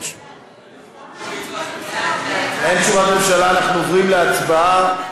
אנחנו עוברים להצבעה.